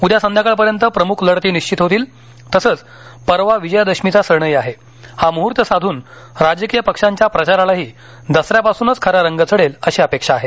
उद्या संध्याकाळपर्यंत प्रमुख लढती निश्चित होतील तसंच परवा विजयादशमीचा सणही आहे हा मुहूर्त साधून राजकीय पक्षांच्या प्रचारालाही दसऱ्यापासूनच खरा रंग चढेल अशी अपेक्षा आहे